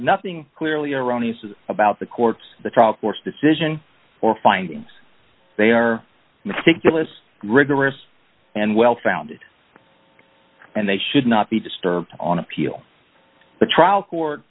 nothing clearly erroneous is about the courts the trial court's decision or findings they are meticulous rigorous and well founded and they should not be disturbed on appeal the trial court